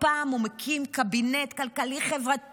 שהפעם הוא מקים קבינט כלכלי-חברתי,